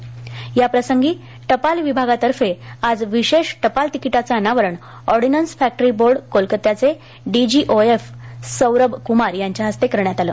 तसेच याप्रसंगी टपाल विभागातर्फे विशेष टपाल तिकिटाचे अनावरणऑर्डीनन्स फॅक्टरी बोर्ड कोलकात्याचे डीजीओएफ सौरभ कुमार यांच्या हस्ते करण्यात आले